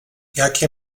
jakie